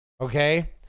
okay